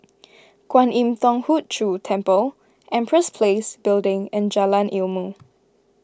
Kwan Im Thong Hood Cho Temple Empress Place Building and Jalan Ilmu